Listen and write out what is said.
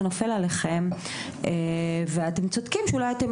זה נופל עליכם ואתם צודקים שאולי אתם